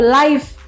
life